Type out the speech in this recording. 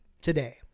Today